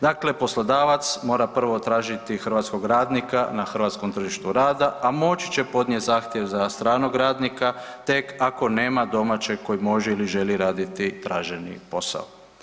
Dakle, poslodavac mora prvo tražiti hrvatskog radnika na hrvatskom tržištu rada, a moći će podnijeti zahtjev za stranog radnika tek ako nema domaćeg koji može ili želi raditi traženi posao.